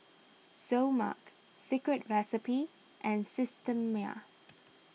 Seoul Mark Secret Recipe and Systema